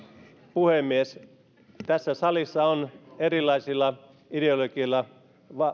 puhemies tässä salissa on erilaisilla ideologioilla